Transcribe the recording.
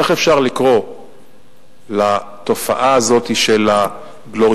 איך אפשר לקרוא לתופעה הזאת של הגלוריפיקציה